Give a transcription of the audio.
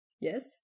Yes